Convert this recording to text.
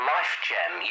Lifegem